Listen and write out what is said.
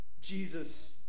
Jesus